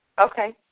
Okay